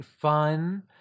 fun